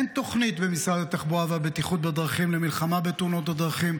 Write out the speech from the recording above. אין תוכנית במשרד התחבורה והבטיחות בדרכים למלחמה בתאונות הדרכים.